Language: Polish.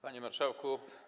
Panie Marszałku!